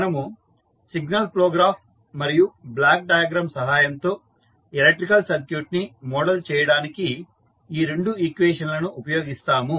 మనము signal flow graph మరియు block diagram సహాయంతో ఎలక్ట్రికల్ సర్క్యూట్ ని మోడల్ చేయడానికి ఈ రెండు ఈక్వేషన్ లను ఉపయోగిస్తాము